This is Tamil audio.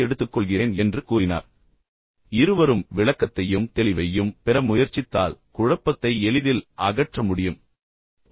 நடுத்தரத்தை எடுத்துக் கொள்கிறேன் என்று கூறினார் இருவரும் விளக்கத்தையும் தெளிவையும் பெற முயற்சித்தால் குழப்பத்தை எளிதில் அகற்ற முடியும்